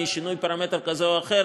שינוי פרמטר כזה או אחר,